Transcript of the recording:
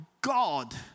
God